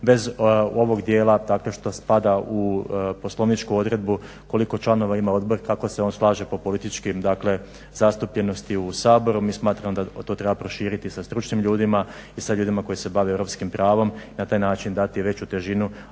bez ovog dijela što spada u poslovničku odredbu koliko članova ima odbor i kako se on slaže po političkim zastupljenosti u Saboru. mi smatramo da to treba proširiti sa stručnim ljudima i sa ljudima koji se bave europskim pravom i na taj način dati veću težinu